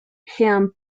jean